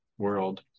World